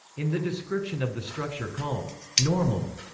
in the description of the structure called normal,